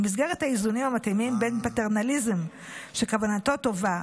במסגרת האיזונים המתאימים בין פטרנליזם שכוונתו טובה,